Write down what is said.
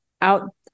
out